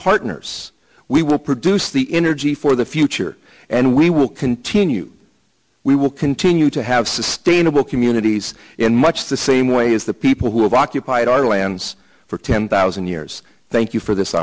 partners we will produce the energy for the future and we will continue we will continue to have sustainable communities in much the same way as the people who have occupied our lands for ten thousand years thank you for this